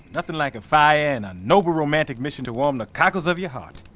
nothing like a fire and a noble romantic mission to warm the cockles of your heart.